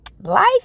Life